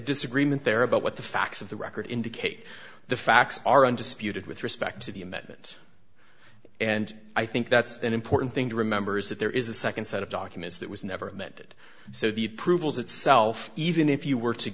disagreement there about what the facts of the record indicate the facts are undisputed with respect to the amendment and i think that's an important thing to remember is that there is a second set of documents that was never meant it so the approvals itself even if you were to